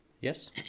Yes